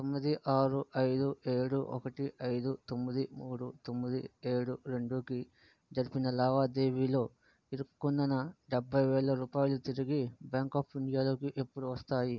తొమ్మిది ఆరు ఐదు ఏడు ఒకటి ఐదు తొమ్మిది మూడు తొమ్మిది ఏడు రెండుకి జరిపిన లావాదేవీలో ఇరుక్కున్న నా డబ్భై వేల రూపాయలు తిరిగి బ్యాంక్ ఆఫ్ ఇండియాలోకి ఎప్పుడు వస్తాయి